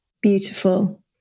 Beautiful